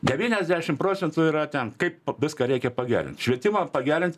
devyniasdešim procentų yra ten kaip viską reikia pagerint švietimą pagerint